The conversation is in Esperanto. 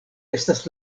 estas